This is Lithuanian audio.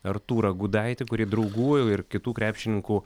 artūrą gudaitį kurį draugų jau ir kitų krepšininkų